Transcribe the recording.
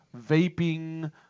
vaping